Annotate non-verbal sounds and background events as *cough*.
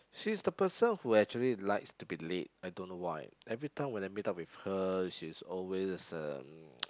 she's the person who actually likes to be late I don't know why everytime when I meet up with her she's always um *noise*